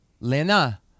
Lena